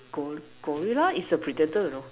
gor~ gorilla is a predator you know